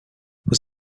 was